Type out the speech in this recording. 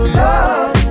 love